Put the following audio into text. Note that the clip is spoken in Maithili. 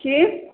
कि